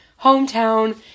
hometown